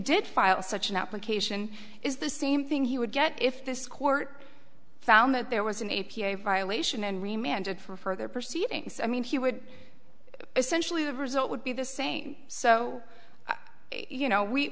did file such an application is the same thing he would get if this court found that there was an a p a violation and re mandate for further proceedings i mean he would essentially the result would be the same so you know we